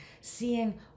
seeing